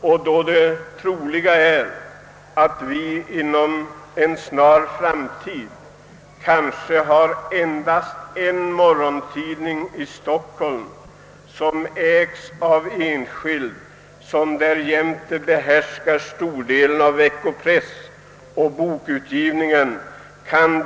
Det är troligt att vi inom en snar framtid har endast en morgontidning i Stockholm som ägs av enskild, som därjämte behärskar större delen av veckopressen och bokutgivningen.